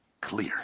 clear